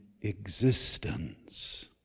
existence